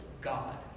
God